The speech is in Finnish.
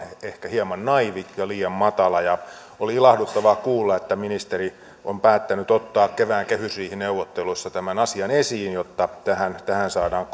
ehkä hieman naiivi ja liian matala oli ilahduttavaa kuulla että ministeri on päättänyt ottaa kevään kehysriihineuvotteluissa tämän asian esiin jotta tähän tähän saadaan